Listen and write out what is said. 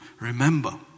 remember